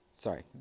sorry